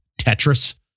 Tetris